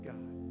God